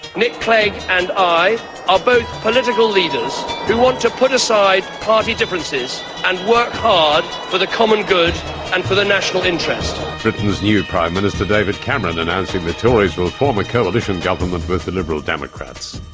nick clegg and i are both political leaders who wants to put aside party differences and work hard for the common good and for the national interest. britain's new prime minister david cameron announcing the tories will form a coalition government with the liberal democrats.